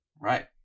Right